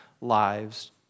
lives